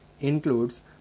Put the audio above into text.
includes